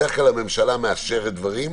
בדרך כלל הממשלה מאשרת דברים,